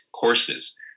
courses